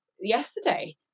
yesterday